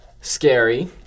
scary